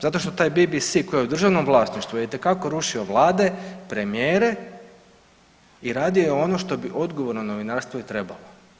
Zato što taj BBC koji je u državnom vlasništvu je itekako rušio vlade, premijere i radio je ono što bi odgovorno novinarstvo i trebalo.